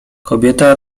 kobieta